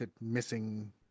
missing